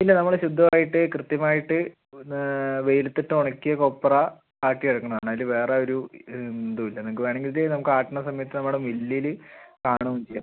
ഇല്ല നമ്മൾ ശുദ്ധമായിട്ട് കൃത്യമായിട്ട് വെയിലത്തിട്ടുണക്കിയ കൊപ്ര ആട്ടിയെടുക്കണതാണ് അതിൽ വേറ ഒരു എന്തുമില്ല നിങ്ങൾക്ക് വേണമെങ്കിൽ ഇത് നമുക്കാട്ടണ സമയത്ത് നമ്മുടെ മില്ലിൽ കാണുകയും ചെയ്യാം